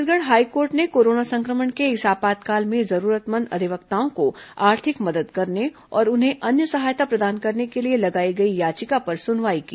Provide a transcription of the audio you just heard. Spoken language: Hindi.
छत्तीसगढ़ हाईकोर्ट ने करोना सं क्र मण के इस आपातकाल में जरूरतमंद अधिवक्ताओं को आर्थिक मदद करने और उन्हें अन्य सहायता प्रदान करने के लिए लगाई गई याचिका पर सुनवाई की